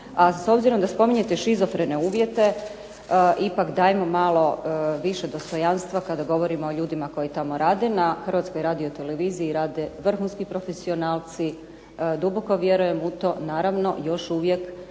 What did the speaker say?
a s obzirom da spominjane šizofrene uvjete ipak dajmo malo više dostojanstva kada govorimo o ljudima koji tamo rade na Hrvatskoj radioteleviziji rade vrhunski profesionalci, duboko vjerujem u to naravno još uvijek